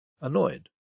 annoyed